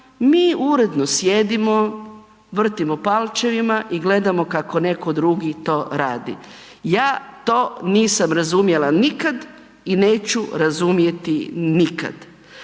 mi uredno sjedimo, vrtimo palčevima i gledamo kako netko drugi to radi. Ja to nisam razumjela nikad i neću razumjeti nikad.